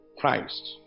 Christ